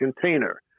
container